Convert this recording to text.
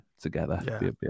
together